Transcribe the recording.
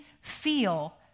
feel